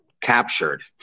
captured